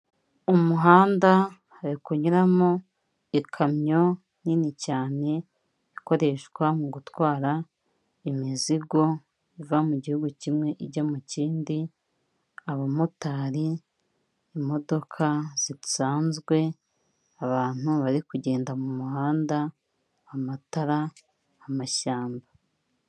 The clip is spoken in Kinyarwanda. Umuhanda hari kunyuramo ikamyo nini cyane ikoreshwa mu gutwara imizigo iva mu gihugu kimwe ijya mu kindi, abamotari, imodoka zisanzwe, abantu bari kugenda mu muhanda, amatara, amashyamba.